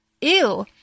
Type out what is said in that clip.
ew